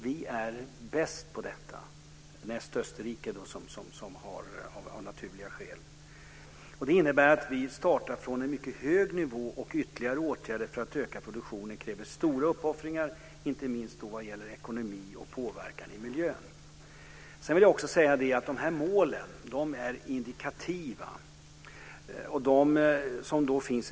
Vi är bäst på detta, näst Österrike som är bra av naturliga skäl. Det innebär att vi startar från en mycket hög nivå. Ytterligare åtgärder för att öka produktionen kräver stora uppoffringar inte minst vad gäller ekonomi och påverkan i miljön. Jag vill också säga att målen är indikativa.